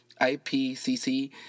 IPCC